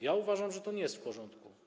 Ja uważam, że to nie jest w porządku.